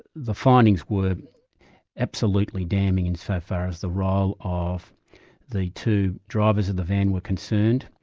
the findings were absolutely damning insofar as the role of the two drivers of the van were concerned,